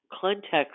context